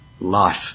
life